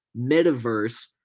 Metaverse